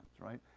right